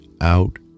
out